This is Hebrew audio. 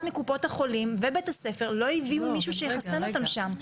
מקופות החולים ובית הספר לא הביאו מישהו שיחסן אותם שם.